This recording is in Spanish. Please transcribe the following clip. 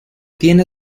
tiene